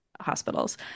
hospitals